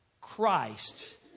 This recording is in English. Christ